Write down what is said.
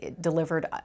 delivered